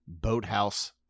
boathouse